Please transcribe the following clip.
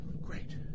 Great